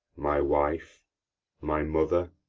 my wife my mother